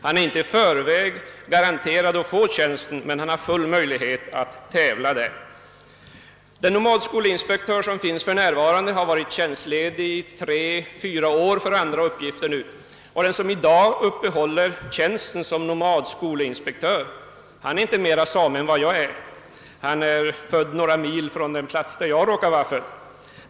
Han är inte i förväg garanterad att få tjänsten, men han har full möjlighet att tävla om den. Den nuvarande nomadskolinspektören har varit tjänstledig i tre å fyra år för andra uppgifter, och den som i dag uppehåller tjänsten är inte mera same än vad jag är; han är född några mil från den plats där jag själv råkar vara född.